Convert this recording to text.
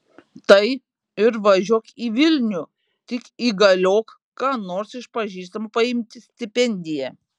tai ir važiuok į vilnių tik įgaliok ką nors iš pažįstamų paimti stipendiją